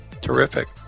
Terrific